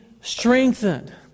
strengthened